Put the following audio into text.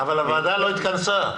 אבל הוועדה לא התכנסה.